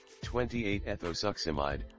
28-ethosuximide